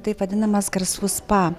taip vadinamas garsų spa